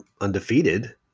undefeated